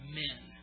men